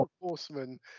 horsemen